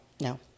No